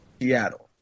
Seattle